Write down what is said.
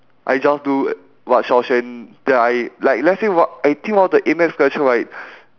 I just do wh~ what xiao-xuan then I like let's say what I think one of the A maths question right